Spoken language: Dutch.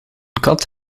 kat